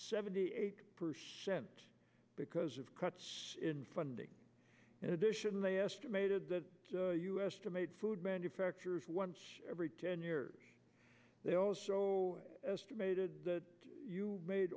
seventy eight percent because of cuts in funding in addition they estimated the u s to meet food manufacturers once every ten years they also estimated that you ma